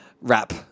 wrap